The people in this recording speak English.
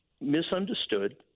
misunderstood